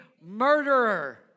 murderer